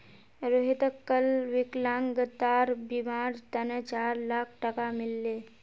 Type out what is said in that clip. रोहितक कल विकलांगतार बीमार तने चार लाख टका मिल ले